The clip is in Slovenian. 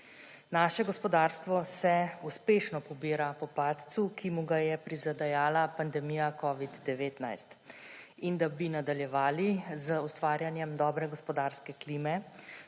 Naše gospodarstvo se uspešno pobira po padcu, ki mu ga je prizadejala pandemija covida-19. Da bi nadaljevali z ustvarjanjem dobre gospodarske klime,